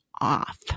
off